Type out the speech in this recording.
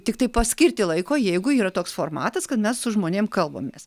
tiktai paskirti laiko jeigu yra toks formatas kad mes su žmonėm kalbamės